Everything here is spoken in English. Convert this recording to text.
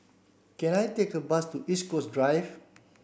can I take a bus to East Coast Drive